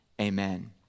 Amen